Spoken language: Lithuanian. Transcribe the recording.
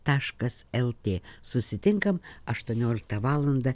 taškas lt susitinkam aštuonioliktą valandą